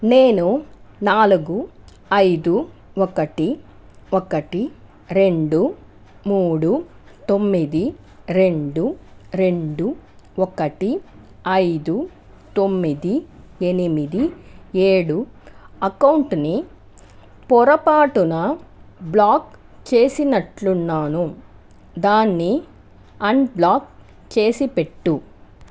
నేను నాలుగు ఐదు ఒకటి ఒకటి రెండు మూడు తొమ్మిది రెండు రెండు ఒకటి ఐదు తొమ్మిది ఎనిమిది ఏడు అకౌంటుని పొరపాటున బ్లాక్ చేసినట్లున్నాను దాన్ని ఆన్బ్లాక్ చేసిపెట్టు